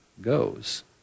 goes